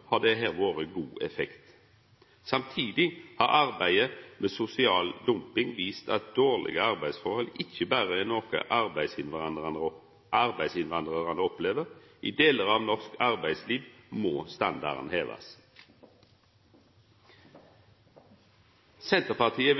har gjennomført, har det hatt god effekt. Samtidig har arbeidet med sosial dumping vist at dårlege arbeidsforhold ikkje berre er noko arbeidsinnvandrarane opplever. I delar av norsk arbeidsliv må standarden hevast. Senterpartiet